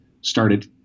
started